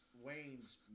Wayne's